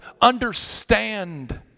understand